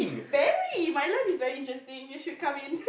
very my life is very interesting you should come in